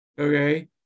Okay